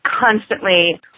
constantly